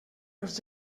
els